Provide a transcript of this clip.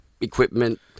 equipment